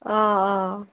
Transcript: অ অ